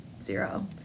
zero